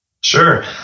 Sure